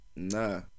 Nah